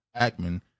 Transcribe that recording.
Ackman